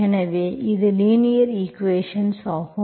எனவே இது linear equations ஆகும்